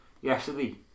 yesterday